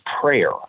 prayer